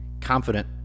confident